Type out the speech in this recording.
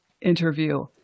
interview